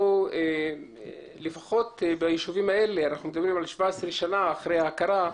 אנחנו מדברים על 17 שנים אחרי ההכרה,